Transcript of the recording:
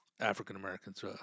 African-Americans